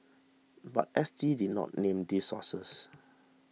but S T did not name these sources